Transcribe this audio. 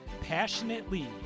passionately